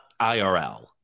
IRL